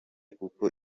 kuko